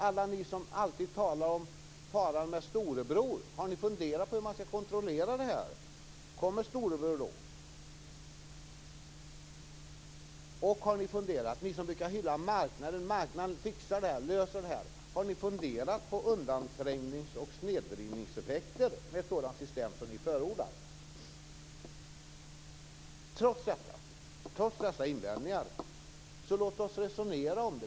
Alla ni som brukar tala om faran med storebror, har ni funderat över hur man skall kontrollera detta? Kommer storebror? Ni som brukar hylla marknaden och hur marknaden kan lösa allt, har ni funderat på undanträngnings och snedvridningseffekter med sådana system som ni förordar? Trots dessa invändningar, låt oss resonera.